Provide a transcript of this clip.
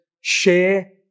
share